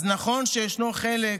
אז נכון שישנו חלק